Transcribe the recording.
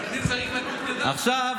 עכשיו,